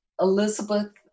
Elizabeth